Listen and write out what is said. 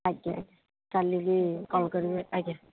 ଆଜ୍ଞା ଆଜ୍ଞା କାଲି କି କଲ୍ କରିବେ ଆଜ୍ଞା